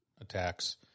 attacks